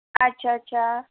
ਅੱਛਾ ਅੱਛਾ